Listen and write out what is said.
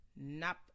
Nap